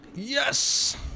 Yes